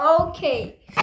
okay